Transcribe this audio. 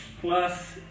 plus